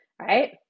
right